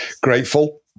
grateful